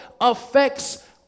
affects